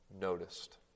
noticed